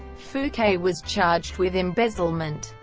fouquet was charged with embezzlement.